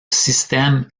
système